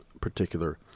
particular